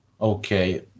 Okay